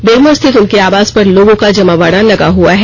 बेरमो स्थित उनके आवास पर लोगों का जमावडा लगा हआ है